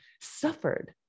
suffered